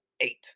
eight